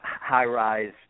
high-rise